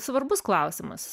svarbus klausimas